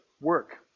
Work